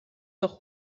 doch